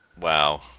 Wow